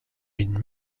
une